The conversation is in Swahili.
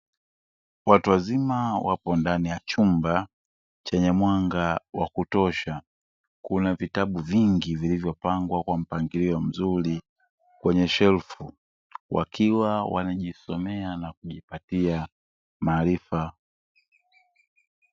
Watu wazima wapo ndani ya chumba chenye mwanga wa kutosha, Kuna vitabu vingi vilivyopangwa kwa mpangilio mzuri kwenye safu, Wakiwa wanajisomea na kujipatia maarifa.